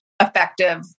effective